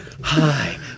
Hi